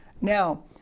Now